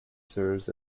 serves